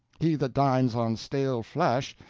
he that dines on stale flesh,